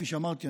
כפי שאמרתי,